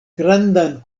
grandan